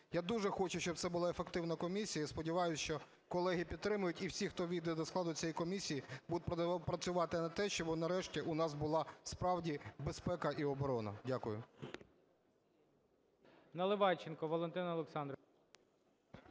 Я дуже хочу, щоб це була ефективна комісія. Я сподіваюсь, що колеги підтримають, і всі, хто ввійде до складу цієї комісії будуть працювати на те, щоб нарешті у нас була, справді, безпека і оборона. Дякую.